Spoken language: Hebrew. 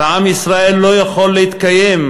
ועם ישראל לא יכול להתקיים,